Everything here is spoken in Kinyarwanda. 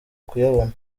kuyabona